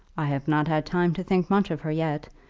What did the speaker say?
i have not had time to think much of her yet.